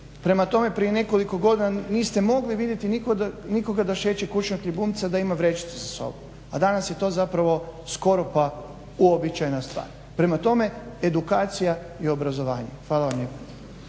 Prema tome, prije nekoliko godina niste mogli vidjeti nikoga da šeće kućnog ljubimca i da ima vrećicu sa sobom, a danas je to zapravo skoro pa uobičajena stvar. Prema tome, edukacija i obrazovanje. Hvala vam lijepa.